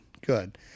good